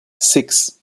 six